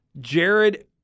Jared